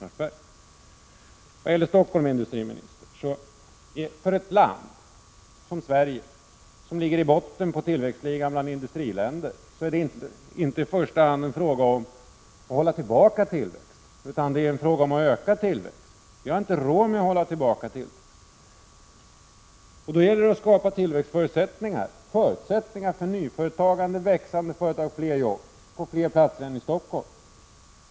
När det gäller Stockholm, industriministern: För ett land som Sverige, som ligger i botten på tillväxtligan bland industriländer, är det inte i första hand en fråga om att hålla tillbaka tillväxt utan en fråga om att öka tillväxt. Vi har inte råd att hålla tillbaka tillväxten. Då gäller det att skapa förutsättningar för nyföretagande, tillväxande och fler jobb på fler platser än i Stockholm.